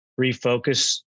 refocus